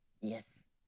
Yes